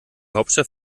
hauptstadt